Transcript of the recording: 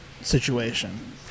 situation